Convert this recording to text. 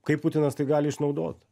kaip putinas tai gali išnaudot